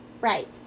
Right